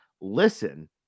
listen